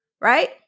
right